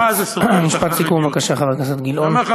משפט סיכום, חבר הכנסת גילאון.